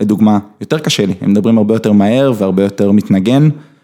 לדוגמה יותר קשה לי, הם מדברים הרבה יותר מהר והרבה יותר מתנגן.